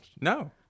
No